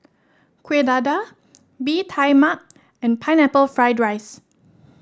Kuih Dadar Bee Tai Mak and Pineapple Fried Rice